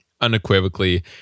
unequivocally